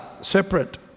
separate